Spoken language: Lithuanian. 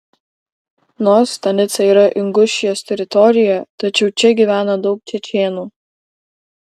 nors stanica yra ingušijos teritorijoje tačiau čia gyvena daug čečėnų